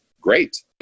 great